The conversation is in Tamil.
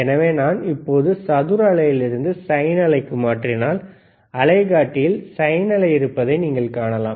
எனவே நான் இப்பொழுது சதுர அலையிலிருந்து சைன் அலைக்கு மாற்றினால் அலைகாட்டியில் சைன் அலை இருப்பதை நீங்கள் காணலாம்